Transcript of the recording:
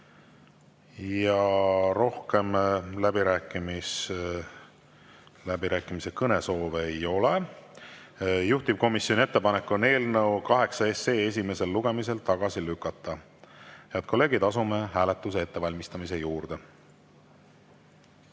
Rohkem läbirääkimistel kõnesoove ei ole. Juhtivkomisjoni ettepanek on eelnõu nr 8 esimesel lugemisel tagasi lükata. Head kolleegid, asume hääletuse ettevalmistamise juurde.